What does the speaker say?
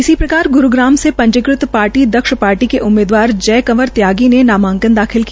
इसी प्रकार ग्रूग्राम से पंजीकृत पार्टी दक्ष पार्टी के उम्मीदवार जय कंवर त्यागी ने नामांकन दाखिल किया